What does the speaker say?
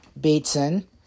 Bateson